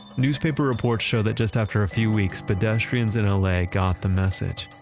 newspaper reports show that just after a few weeks, pedestrians in l a. got the message.